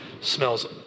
smells